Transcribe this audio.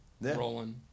rolling